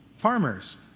farmers